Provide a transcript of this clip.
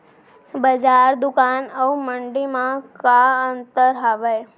बजार, दुकान अऊ मंडी मा का अंतर हावे?